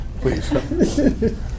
please